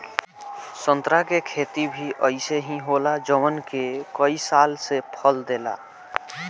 संतरा के खेती भी अइसे ही होला जवन के कई साल से फल देला